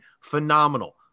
phenomenal